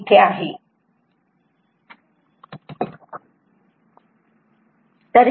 तर हे आणि हे एक V1V2 e jθ1 θ2 आहे